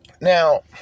now